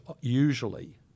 usually